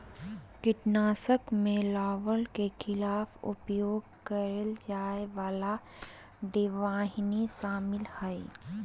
कीटनाशक में लार्वा के खिलाफ उपयोग करेय जाय वाला डिंबवाहिनी शामिल हइ